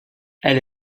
elle